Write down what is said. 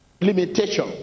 Limitation